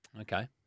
Okay